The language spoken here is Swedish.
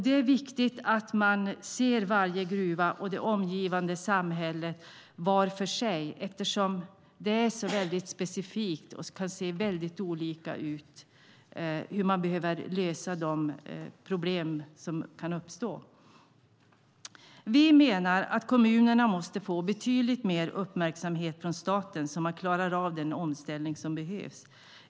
Det är viktigt att man ser varje gruva och det omgivande samhället var för sig, eftersom det är så specifikt och kan se så olika ut, hur man behöver lösa de problem som kan uppstå. Vi menar att kommunerna måste få betydligt mer uppmärksamhet från staten, så att de klarar av den omställning som behövs.